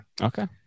Okay